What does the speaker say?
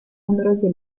numerose